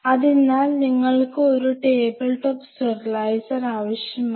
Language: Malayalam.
അതിനാൽ നിങ്ങൾക്ക് ഒരു ടേബിൾ ടോപ്പ് സ്റ്റെറിലൈസർ ആവശ്യമാണ്